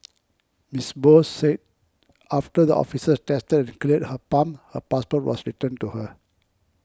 Miss Bose said after the officers tested and cleared her pump her passport was returned to her